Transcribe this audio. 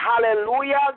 hallelujah